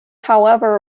however